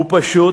הוא פשוט,